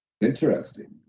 Interesting